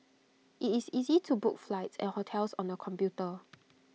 IT is easy to book flights and hotels on the computer